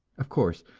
of course,